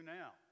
now